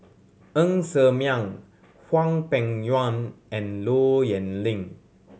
Ng Ser Miang Hwang Peng Yuan and Low Yen Ling